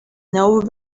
know